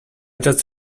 just